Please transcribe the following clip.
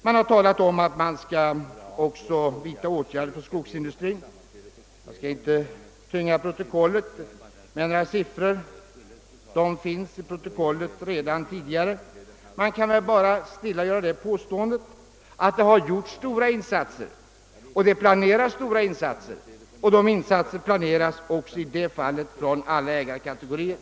Man har sagt att man också skall vidta åtgärder beträffande skogsindustrin, men jag skall inte tynga protokollet med några siffror. De finns redan i tidigare protokoll. Jag vill bara påstå att där har gjorts stora insatser och att stora insatser också planeras. Detta omdöme gäller alla ägarkategorier.